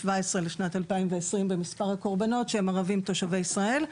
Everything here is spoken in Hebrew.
- 2020 במספר הקורבנות שהם ערבים תושבי ישראל.